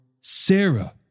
Sarah